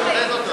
די לצביעות הזאת.